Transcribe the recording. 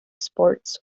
sports